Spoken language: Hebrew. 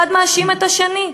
אחד מאשים את השני,